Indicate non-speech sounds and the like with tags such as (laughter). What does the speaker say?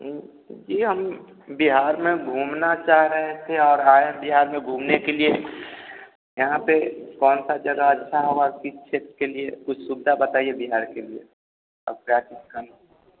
यह हम बिहार में घूमना चाह रहे थे और आए बिहार में घूमने के लिए यहाँ पर कौनसी जगह अच्छी है वह आपकी सुविधा के लिए बताइए बिहार के लिए और (unintelligible) स्थान